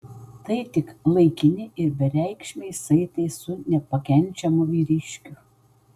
tai tik laikini ir bereikšmiai saitai su nepakenčiamu vyriškiu